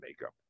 makeup